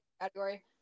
category